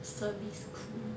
service crew